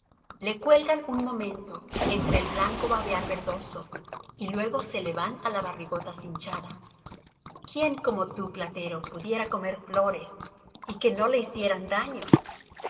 le cuelgan un momento entre el blanco babear verdoso y luego se le van á la barrigota cinchada quién como tú platero pudiera comer flores y que no le hicieran daño